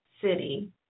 City